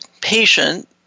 patient